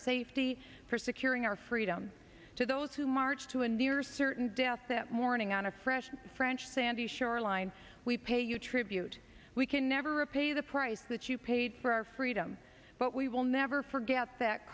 safety for securing our freedom to those who march to a near certain death that morning on a fresh french sandy shoreline we pay you tribute we can never repay the price that you paid for our freedom but we will never forget that